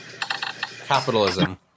Capitalism